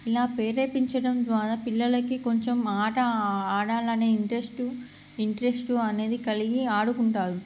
ఇలా ప్రేరేపించడం ద్వారా పిల్లలకి కొంచెం ఆట ఆడాలనే ఇంట్రెస్ట్ ఇంట్రెస్ట్ అనేది కలిగి ఆడుకుంటారు